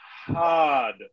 hard